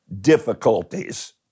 difficulties